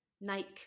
Nike